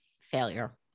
failure